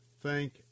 thank